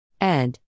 Ed